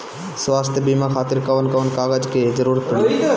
स्वास्थ्य बीमा खातिर कवन कवन कागज के जरुरत पड़ी?